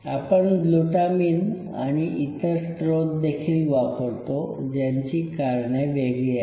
आपण ग्लुटामिन आणि इतर स्त्रोत देखील वापरतो ज्यांची कारणे वेगळी आहेत